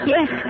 Yes